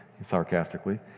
sarcastically